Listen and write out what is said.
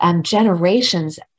Generations